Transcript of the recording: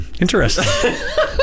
Interesting